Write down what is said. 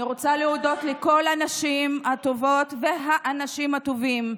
אני רוצה להודות לכל הנשים הטובות והאנשים הטובים,